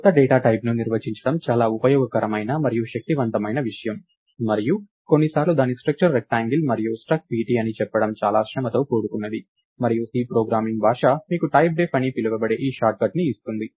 ఈ కొత్త డేటా టైప్ను నిర్వచించడం చాలా ఉపయోగకరమైన మరియు శక్తివంతమైన విషయం మరియు కొన్ని సార్లు దాని స్ట్రక్చర్ రెక్టాంగిల్ మరియు స్ట్రక్ట్ pt అని చెప్పడం చాలా శ్రమతో కూడుకున్నది మరియు C ప్రోగ్రామింగ్ భాష మీకు టైప్డెఫ్ అని పిలువబడే ఈ షార్ట్ కట్ని ఇస్తుంది